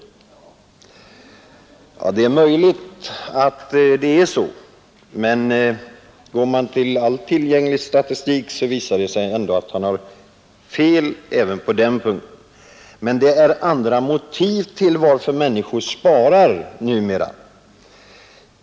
Ja, men går man till all tillgänglig statistik visar det sig ändå att han har fel. Men det är andra motiv till att människorna sparar nu för tiden.